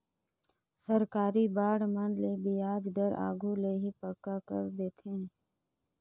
सरकारी बांड मन के बियाज दर आघु ले ही पक्का कर देथे